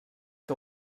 que